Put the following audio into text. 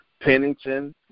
Pennington